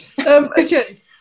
Okay